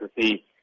see